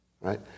right